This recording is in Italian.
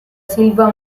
silva